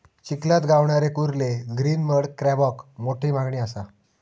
चिखलात गावणारे कुर्ले ग्रीन मड क्रॅबाक मोठी मागणी असा